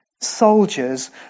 Soldiers